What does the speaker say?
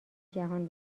جهان